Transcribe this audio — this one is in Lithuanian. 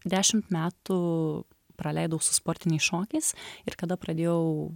dešimt metų praleidau su sportiniais šokiais ir kada pradėjau